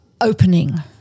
opening